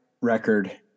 record